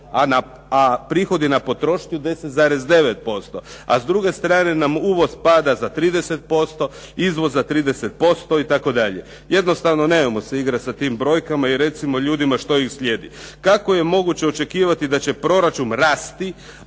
na prihodi na potrošnju 10,9%. A s druge strane nam uvoz pada za 30%, izvoz za 30% itd. Jednostavno nemojmo se igrati sa tim brojkama i recimo ljudima što ih slijedi. Kako je moguće očekivati da će proračun rasti